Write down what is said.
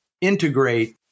integrate